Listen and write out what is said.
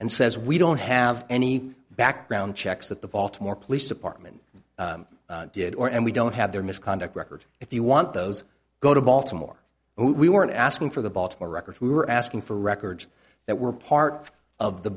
and says we don't have any background checks that the baltimore police department did or and we don't have their misconduct records if you want those go to baltimore we weren't asking for the baltimore records we were asking for records that were part of the